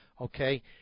okay